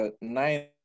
nine